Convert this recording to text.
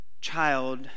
child